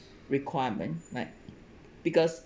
requirement like because